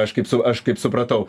aš kaip su aš kaip supratau